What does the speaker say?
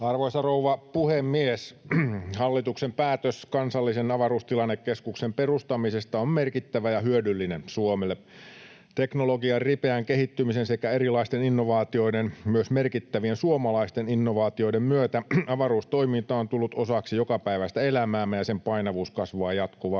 Arvoisa rouva puhemies! Hallituksen päätös kansallisen avaruustilannekeskuksen perustamisesta on merkittävä ja hyödyllinen Suomelle. Teknologian ripeän kehittymisen sekä erilaisten innovaatioiden, myös merkittävien suomalaisten innovaatioiden, myötä avaruustoiminta on tullut osaksi jokapäiväistä elämäämme, ja sen painavuus kasvaa jatkuvasti.